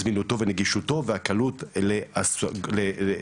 זמינותו ונגישותו והקלות להשיגו.